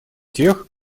тех